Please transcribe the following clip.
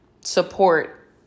support